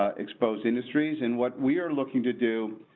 ah expose industries and what we are looking to do.